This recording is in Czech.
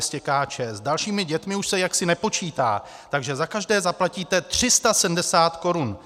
S dalšími dětmi už se jaksi nepočítá, takže za každé zaplatíte 370 korun.